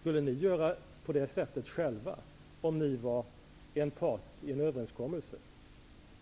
Skulle ni göra på det sättet själva om ni var en part i en överenskommelse?